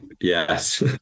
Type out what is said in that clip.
Yes